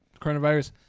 coronavirus